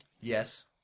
Yes